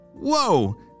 Whoa